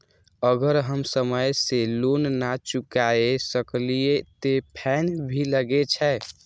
अगर हम समय से लोन ना चुकाए सकलिए ते फैन भी लगे छै?